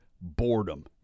boredom